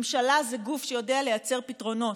ממשלה זה גוף שיודע לייצר פתרונות.